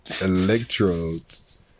electrodes